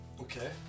Okay